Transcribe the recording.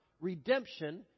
redemption